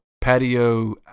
patio